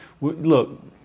Look